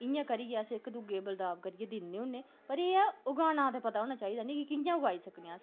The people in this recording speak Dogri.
इ'यां करियै अस इक दूऐ बलदाव करियै दि'न्ने होने पर एह् ऐ उगाना दा ते पता होना चाहि्दा नेईं ते कि'यां उगाई सकने अस